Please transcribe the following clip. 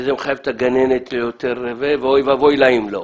וזה מחייב את הגננת ליותר ואוי ואבוי לה אם לא.